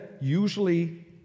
usually